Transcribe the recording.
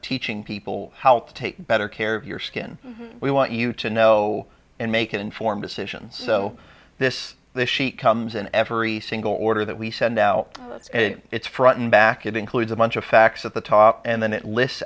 teaching people how to take better care of your skin we want you to know and make an informed decision so this she comes in every single order that we send out and it's front and back it includes a bunch of facts at the top and then it list